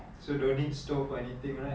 so don't need stove or anything right